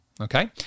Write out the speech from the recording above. Okay